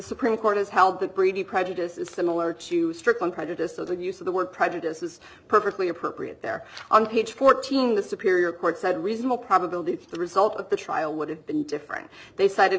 supreme court has held that brady prejudice is similar to strict on prejudice so the use of the word prejudice is perfectly appropriate there on page fourteen the superior court said a reasonable probability that the result of the trial would have been different they cited